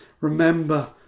Remember